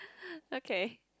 okay